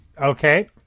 Okay